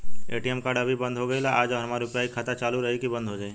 ATM card अभी बंद हो गईल आज और हमार यू.पी.आई खाता चालू रही की बन्द हो जाई?